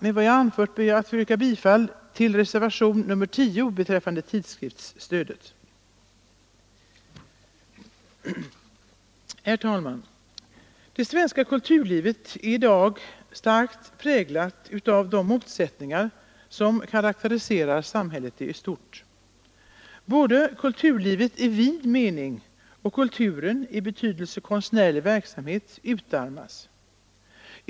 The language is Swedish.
Med vad jag anfört ber jag att få yrka bifall till reservationen 16 beträffande tidskriftsstödet. Det svenska kulturlivet är i dag starkt präglat av de motsättningar som karakteriserar samhället i stort. Både kulturlivet i vid mening och kulturen i betydelsen konstnärlig verksamhet utarmas.